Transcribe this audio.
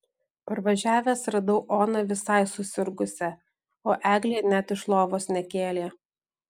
parvažiavęs radau oną visai susirgusią o eglė net iš lovos nekėlė